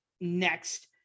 next